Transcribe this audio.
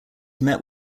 met